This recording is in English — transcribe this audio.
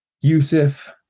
yusuf